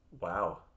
Wow